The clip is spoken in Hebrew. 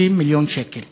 60 מיליון שקל.